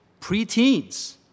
preteens